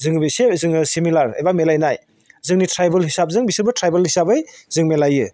जोङो एसे सिमिलार एबा मिलायनाय जोंनि ट्रायबेल हिसाबजों बिसोरबो ट्रायबेल हिसाबै जों मिलायो